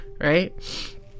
right